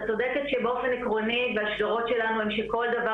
את צודקת שבאופן עקרוני בשדרות שלנו הם שכל דבר